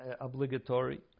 obligatory